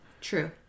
True